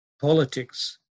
Politics